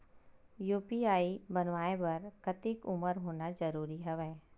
UPI बनवाय बर कतेक उमर होना जरूरी हवय?